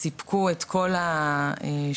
שסיפקו את כל השירותים,